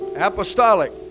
Apostolic